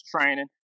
training